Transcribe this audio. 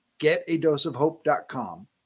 getadoseofhope.com